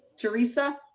teresa.